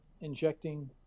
injecting